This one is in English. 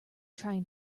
trying